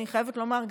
אני חייבת לומר,